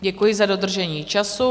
Děkuji za dodržení času.